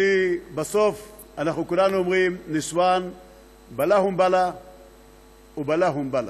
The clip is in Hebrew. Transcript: בסוף אנחנו כולנו אומרים: א-נסוואן בלאאהום בלאא ובלאאהום בלאא,